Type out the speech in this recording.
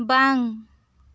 ᱵᱟᱝ